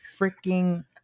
freaking